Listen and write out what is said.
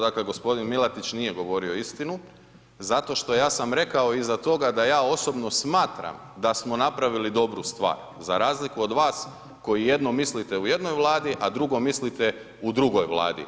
Dakle gospodin Milatić nije govorio istinu zato što ja sam rekao iza toga da osobno smatram da smo napravili dobru stvar, za razliku od vas koji jedno mislite u jednoj vladi, a drugo mislite u drugoj vladi.